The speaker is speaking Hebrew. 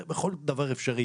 בכל דבר אפשרי,